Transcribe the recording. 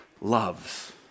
loves